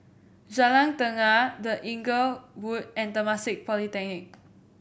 Jalan Tenaga The Inglewood and Temasek Polytechnic